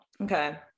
okay